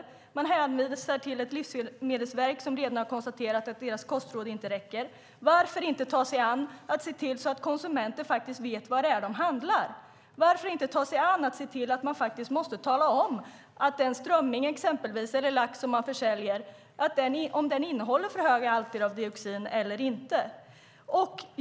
Regeringen hänvisar till Livsmedelsverket som redan har konstaterat att deras kostråd inte räcker. Varför tar regeringen sig inte an att se till att konsumenter faktiskt vet vad det är som de handlar? Varför tar regeringen sig inte an att se till att man faktiskt måste tala om huruvida exempelvis den strömming eller lax som man försäljer innehåller för höga halter av dioxin eller inte?